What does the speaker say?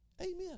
Amen